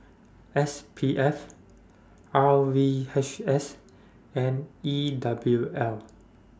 S P F R V H S and E W L